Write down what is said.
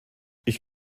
ich